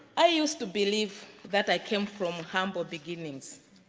i used to believe that i came from humble beginnings.